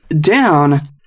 down